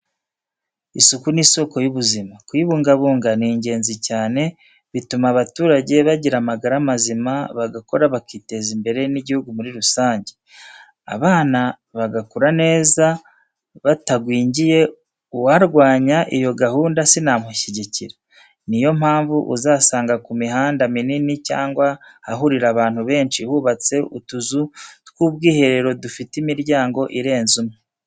Isuku ni isoko y'ubuzima. Kuyibungabunga ni ingenzi cyane, bituma abaturage bagira amagara mazima, bagakora bakiteza imbere n'igihugu muri rusange, abana bagakura neza batagwingiye, uwarwanya iyo gahunda sinamushyigikira. Ni yo mpamvu uzasanga ku mihanda minini cyangwa ahahurira abantu benshi hubatse utuzu tw'ubwiherero, dufite imiryango irenze umwe.